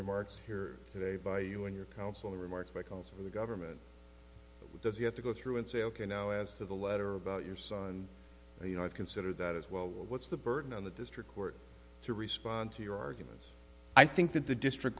remarks here today by you and your counsel remarks because the government does he have to go through and say ok now as to the letter about your son or you know it consider that as well what's the burden on the district court to respond to your argument i think that the district